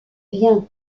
vient